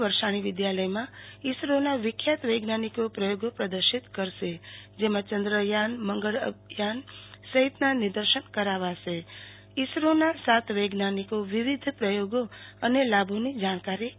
વરસાણી વિધાલયમાં ઈસરોના વિખ્યાત વૈજ્ઞાનિકો પ્રયોગો પ્રદર્શિત કરશે જેમાં ચંદ્રયાનમંગળ અભિયાન સહિતના નિદર્શન કરાવાશે તેમજ ઈસરોના સાત વૈજ્ઞાનિકો વિવિધ પ્રયોગો અને લાભોની જાણકારી આપશે